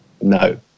no